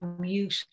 mute